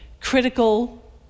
critical